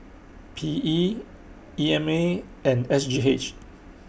P E E M A and S G H